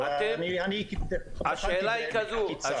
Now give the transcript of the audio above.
אבל אני הבחנתי בעקיצה.